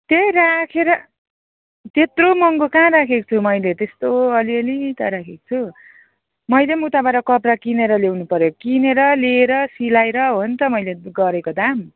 त्यही राखेर त्यत्रो महँगो कहाँ राखेको छु मैले त्यस्तो अलिअलि त राखेको छु मैले पनि उताबाट कपडा किनेर ल्याउनु पर्यो किनेर लिएर सिलाएर हो नि त मैले गरेको दाम